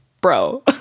bro